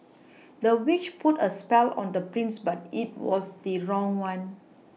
the witch put a spell on the prince but it was the wrong one